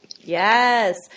Yes